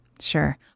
Sure